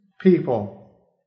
people